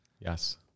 Yes